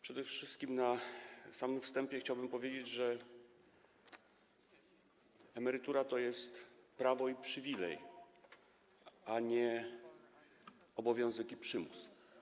Przede wszystkim na samym wstępie chciałbym powiedzieć, że emerytura to jest prawo i przywilej, a nie obowiązek i przymus.